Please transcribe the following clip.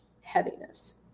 heaviness